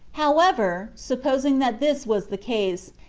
however, supposing that this was the case,